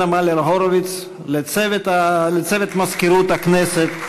מלר-הורוביץ ולצוות מזכירות הכנסת,